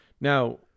Now